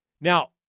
Now